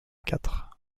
quatre